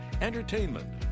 Entertainment